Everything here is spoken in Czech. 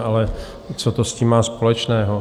Ale co to s tím má společného?